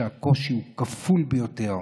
כשהקושי הוא כפול ויותר,